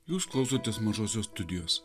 jūs klausotės mažosios studijos